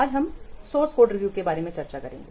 आज हम source code review के बारे में चर्चा करेंगे